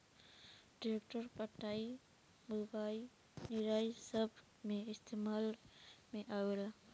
tractor कटाई, बुवाई, निराई सब मे इस्तेमाल में आवेला